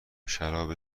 شراب